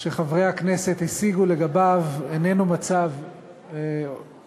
שחברי הכנסת השיגו לגביו איננו מצב אופטימלי.